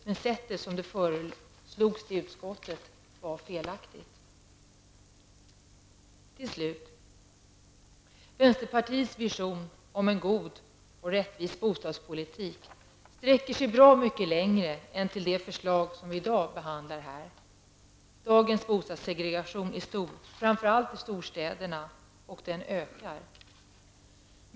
Men det sätt på vilket förslaget presenterades för utskottet är felaktigt. Vänsterpartiets vision om en god och rättvis bostadspolitik sträcker sig mycket längre än till det förslag vi behandlar i dag. Dagens boendesegregation är stor, framför allt i storstäderna, och den ökar.